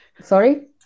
Sorry